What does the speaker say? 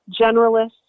Generalists